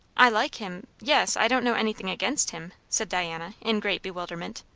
i like him yes, i don't know anything against him, said diana in great bewilderment.